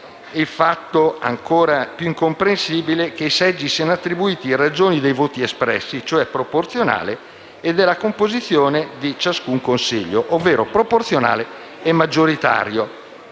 il fatto, ancora più incomprensibile, che i seggi siano attribuiti in ragione dei voti espressi, cioè col metodo proporzionale, e della composizione di ciascun Consiglio, ovvero proporzionale e maggioritario.